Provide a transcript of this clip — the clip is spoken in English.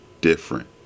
different